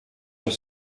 your